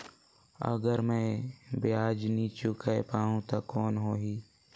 अगर मै ब्याज नी चुकाय पाहुं ता कौन हो ही?